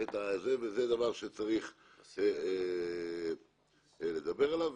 זה דבר שצריך לדבר עליו.